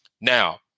Now